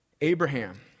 Abraham